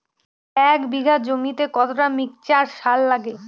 এক বিঘা জমিতে কতটা মিক্সচার সার লাগে?